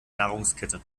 nahrungskette